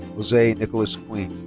jose nicolas quine.